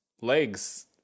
legs